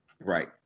Right